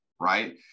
right